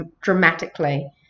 dramatically